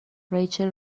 ریچل